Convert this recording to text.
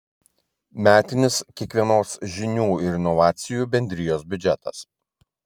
metinis kiekvienos žinių ir inovacijų bendrijos biudžetas